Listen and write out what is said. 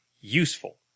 useful